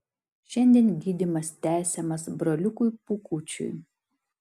šiandien gydymas tęsiamas broliukui pūkučiui